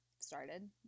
started